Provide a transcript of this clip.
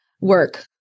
work